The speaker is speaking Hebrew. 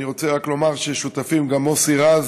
אני רוצה לומר רק ששותפים גם מוסי רז,